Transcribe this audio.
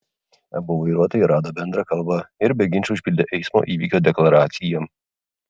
abu vairuotojai rado bendrą kalbą ir be ginčų užpildė eismo įvykio deklaraciją